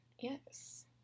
Yes